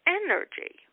energy